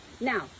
Now